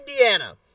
Indiana